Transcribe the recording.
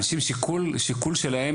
אנשים שכל שיקול שלהם,